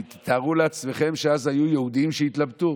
כי תארו לעצמכם שאז היו יהודים שהתלבטו